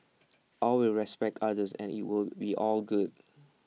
always respect others and IT will be all good